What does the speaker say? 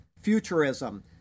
Futurism